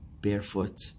barefoot